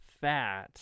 fat